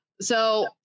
So-